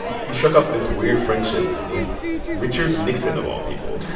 he shook up this weird friendship with richard nixon of all people.